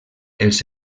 els